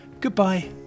Goodbye